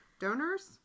donors